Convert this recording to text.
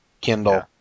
Kindle